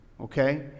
okay